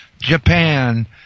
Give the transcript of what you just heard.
Japan